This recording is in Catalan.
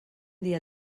dia